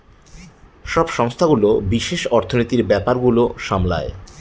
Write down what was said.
সব সংস্থাগুলো বিশেষ অর্থনীতির ব্যাপার গুলো সামলায়